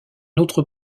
autre